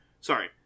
sorry